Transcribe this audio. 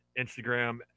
Instagram